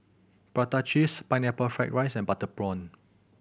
prata cheese Pineapple Fried rice and butter prawn